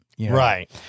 Right